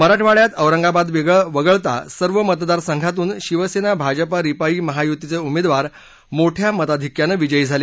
मराठवाड्यातून औरंगाबाद वगळता सर्व मतदार संघातून शिवसेना भाजपा रिपाई महायुतीचे उमेदवार मोठ्या मताधिक्यानं विजयी झाले